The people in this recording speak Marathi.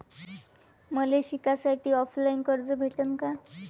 मले शिकासाठी ऑफलाईन कर्ज भेटन का?